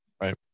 right